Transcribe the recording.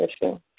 issue